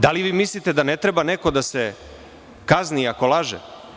Da li mislite da ne treba neko da se kazni ako laže?